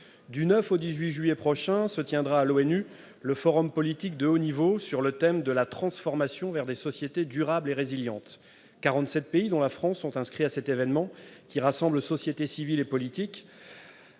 Du 9 au 18 juillet prochains se tiendra, à l'ONU, le Forum politique de haut niveau sur le thème de la transformation vers des sociétés durables et résilientes : quarante-sept pays, dont la France, participeront à cet événement, qui rassemble société civile et politiques